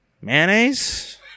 Mayonnaise